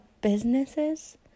businesses